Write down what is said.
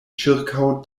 ĉirkaŭ